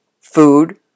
food